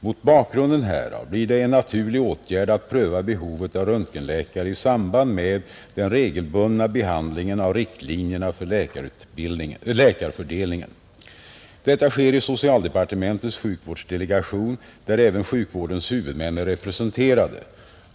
Mot bakgrunden härav blir det en naturlig åtgärd att pröva behovet av röntgenläkare i samband med den regelbundna behandlingen av riktlinjerna för läkarfördelningen. Detta sker i socialdepartementets sjukvårdsdelegation, där även sjukvårdens huvudmän är representerade.